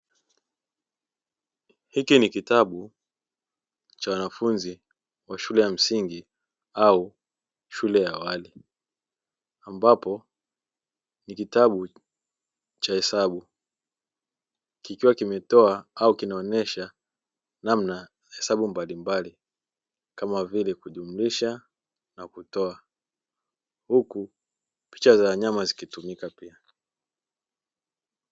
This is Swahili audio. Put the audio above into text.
Hiki ni kitabu cha wanafunzi wa Shule ya Sekondari au Shule ya Awali, ambapo ni kitabu cha hesabu, kikiwa kinatoa au kinaonesha namna hesabu mbalimbali kama vile; Jumlisha na Kutoa, huku picha za wanyama zikitumika.